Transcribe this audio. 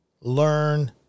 learn